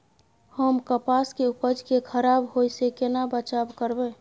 हम कपास के उपज के खराब होय से केना बचाव करबै?